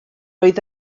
oedd